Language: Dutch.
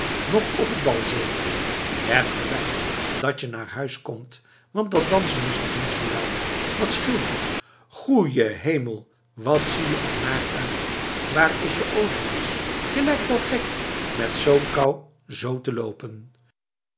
nog op t bal zeker je hebt gelijk dat je maar thuis komt want dat dansen is toch niets voor jou wat scheelt je goeie hemel wat zie je er naar uit waar is je overjas je lijkt wel gek met zoo'n kou zoo te loopen